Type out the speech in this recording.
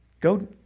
Go